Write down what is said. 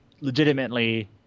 legitimately